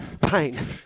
pain